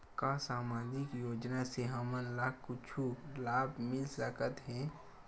का सामाजिक योजना से हमन ला कुछु लाभ मिल सकत हे?